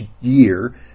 year